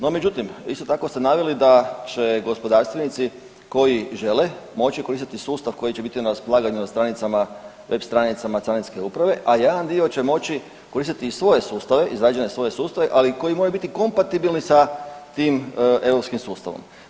No, međutim isto tako ste naveli da će gospodarstvenici koji žele moći koristiti sustav koji će biti na raspolaganju na stranicama, web stranicama Carinske uprave, a jedan dio će svoje moći koristiti i svoje sustave izrađene svoje sustave ali koji moraju biti kompatibilni sa tim europskim sustavom.